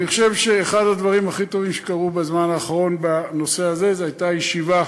אני חושב שאחד הדברים הכי טובים שקרו בזמן האחרון בנושא הזה היה ישיבה.